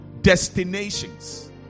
destinations